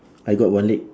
I got one leg